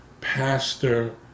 Pastor